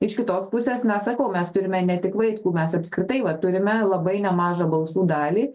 iš kitos pusės na sakau mes turime ne tik vaitkų mes apskritai va turime labai nemažą balsų dalį